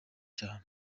cyane